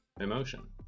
emotion